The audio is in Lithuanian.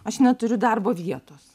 aš neturiu darbo vietos